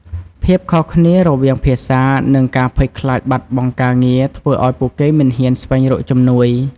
ភាពខុសគ្នារវាងភាសា និងការភ័យខ្លាចបាត់បង់ការងារធ្វើឲ្យពួកគេមិនហ៊ានស្វែងរកជំនួយ។